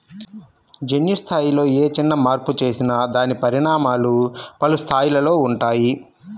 జన్యు స్థాయిలో ఏ చిన్న మార్పు చేసినా దాని పరిణామాలు పలు స్థాయిలలో ఉంటాయి